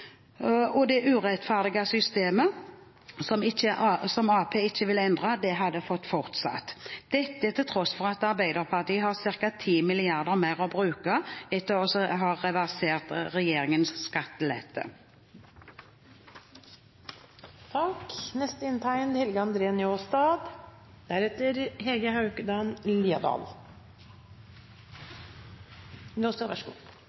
og det urettferdige systemet som Arbeiderpartiet ikke vil endre, hadde fått fortsette, dette til tross for at Arbeiderpartiet har ca. 10 mrd. kr mer å bruke etter å ha reversert regjeringens skattelette. Debatten så